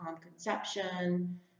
conception